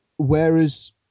Whereas